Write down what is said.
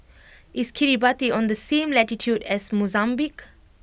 is Kiribati on the same latitude as Mozambique